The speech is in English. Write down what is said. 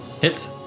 Hits